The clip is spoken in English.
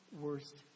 worst